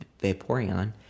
Vaporeon